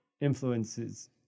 influences